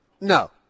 No